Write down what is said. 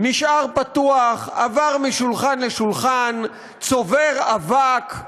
נשאר פתוח, עבר משולחן לשולחן, צובר אבק.